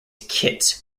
kitts